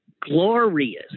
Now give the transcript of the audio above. glorious